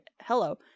hello